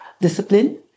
discipline